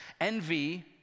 Envy